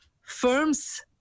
firms